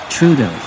Trudeau